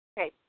Okay